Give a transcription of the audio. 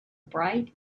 bright